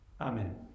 Amen